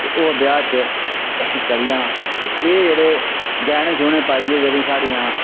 ते ओह् ब्याह् च चली जाना ते एह् जेह्ड़े गैह्ने छुने पाइयै जेह्ड़ी साढियां